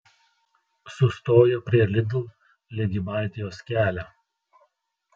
sustojo prie lidl lyg į baltijos kelią